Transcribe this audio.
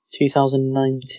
2019